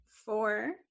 Four